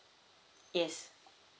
yes